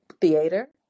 theater